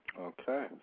Okay